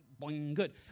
Good